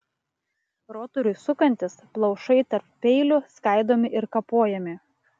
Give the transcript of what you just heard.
rotoriui sukantis plaušai tarp peilių skaidomi ir kapojami